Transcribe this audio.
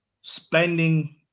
spending